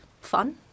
fun